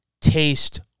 taste